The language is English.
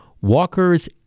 Walker's